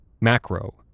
Macro